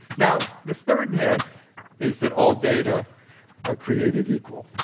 now, the third myth is that all data are created equal.